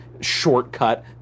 shortcut